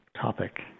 topic